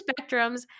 spectrums